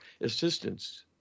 assistance